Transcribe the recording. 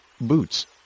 boots